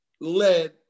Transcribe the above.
led